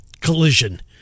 Collision